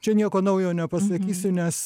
čia nieko naujo nepasakysiu nes